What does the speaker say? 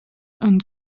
und